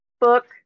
book